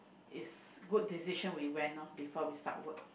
is good decision we went lor before we start work